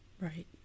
Right